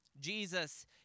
Jesus